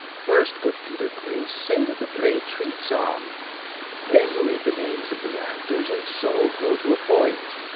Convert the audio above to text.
first, good peter quince, say what the play treats on then read the names of the actors and so grow to a point.